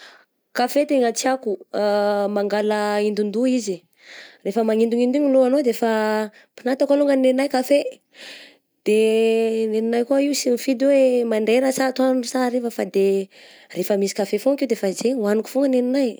Kafe tegna tiako mangala haindon-doha izy, rehefa manaindohaindo igny ny lohananao de efa piniatako longany nenahy kafe, de nenahy koa io sy mifidy hoe mandraigna sa atoandro sa hariva fa de rehefa misy kafe foagna akeo de zegny de efa hogniko foana nenahy.